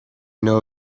know